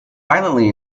violently